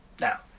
Now